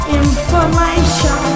information